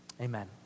amen